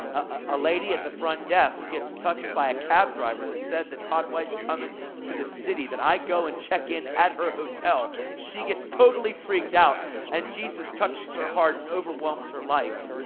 a lady at the front desk gets touched by a cab driver that said that todd white's coming to the city, that i go and check in at her hotel. she gets totally freaked out and jesus touches her heart and overwhelms her life.